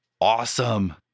awesome